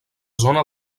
zona